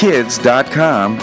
Kids.com